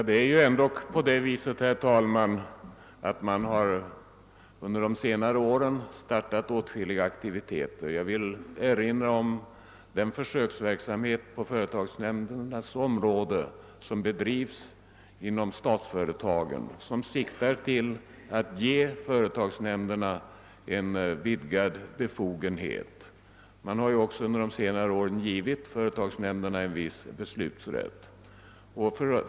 Herr talman! Under de senaste åren har det dock påbörjats åtskilliga aktiviteter; jag kan erinra om den försöksverksamhet på företagsnämndernas område som bedrivs inom statsföretagen och som siktar till att ge företagsnämnderna en vidgad befogenhet. Man har också givit företagsnämnderna en viss beslutsrätt under de senaste åren.